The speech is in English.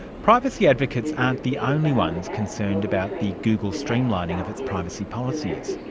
privacy advocates aren't the only ones concerned about the google streamlining of its privacy policies.